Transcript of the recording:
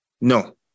No